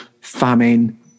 famine